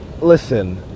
listen